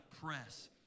press